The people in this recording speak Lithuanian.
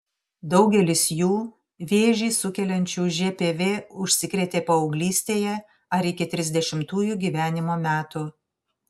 daugelis jų vėžį sukeliančiu žpv užsikrėtė paauglystėje ar iki trisdešimtųjų gyvenimo metų